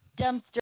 dumpster